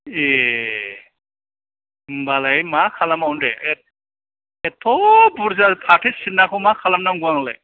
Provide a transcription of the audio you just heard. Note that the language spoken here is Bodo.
ए होनबालाय मा खालाम बावनो दे एथ एथ'बुरजा फाथो सेरनाखौ मा खालाम नांगौ आंलाय